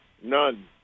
none